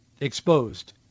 exposed